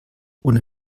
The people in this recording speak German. ohne